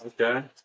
Okay